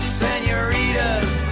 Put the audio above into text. senoritas